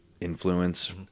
influence